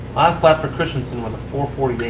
last lap for kristensen was a four forty eight.